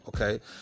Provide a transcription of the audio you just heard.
okay